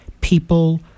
people